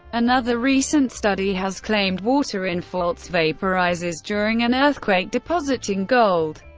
another recent study has claimed water in faults vaporizes during an earthquake, depositing gold.